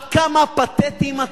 את, האם אינכם מבינים עד כמה פתטיים אתם?